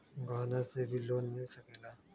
गहना से भी लोने मिल सकेला?